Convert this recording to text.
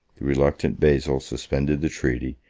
the reluctant basil suspended the treaty,